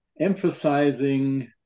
emphasizing